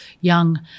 young